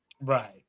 right